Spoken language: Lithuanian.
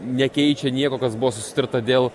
nekeičia nieko kas buvo susitarta dėl